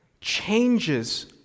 changes